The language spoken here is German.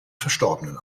verstorbenen